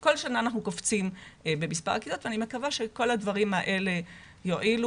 כל שנה אנחנו קופצים במספר הכיתות ואני מקווה שכל הדברים האלה יועילו.